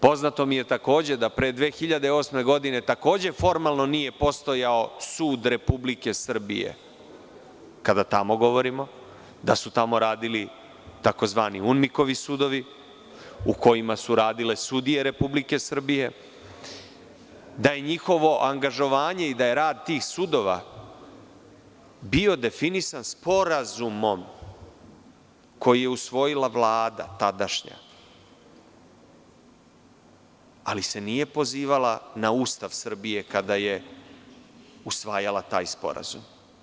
Poznato mi je da pre 2008. godine, takođe, formalno nije postojao sud Republike Srbije, kada govorimo da su tamo radili tzv. UMNIK sudovi, u kojima su radile sudije Republike Srbije, da je njihovo angažovanje i da je rad tih sudova bio definisan sporazumom koji je usvojila tadašnja Vlada, ali se nije pozivala na Ustav Srbije kada je usvajala taj sporazum.